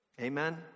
Amen